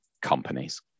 companies